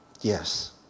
Yes